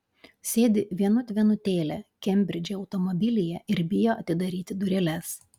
sėdi vienut vienutėlė kembridže automobilyje ir bijo atidaryti dureles